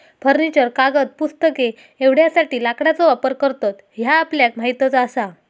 furniture, कागद, पुस्तके एवढ्यासाठी लाकडाचो वापर करतत ह्या आपल्याक माहीतच आसा